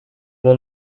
will